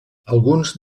alguns